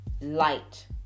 light